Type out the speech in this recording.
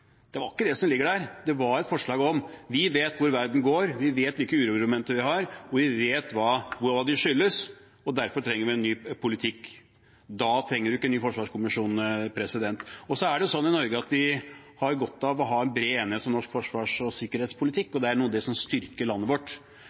Det var ikke det som ligger der. Det var et forslag om at vi vet hvor verden går, vi vet hvilke uromomenter vi har, vi vet hva de skyldes, og derfor trenger vi en ny politikk. Da trenger man ikke en ny forsvarskommisjon. I Norge har vi godt av å ha en bred enighet om norsk forsvars- og sikkerhetspolitikk, det er noe av det som styrker landet vårt,